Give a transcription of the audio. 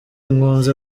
nkunze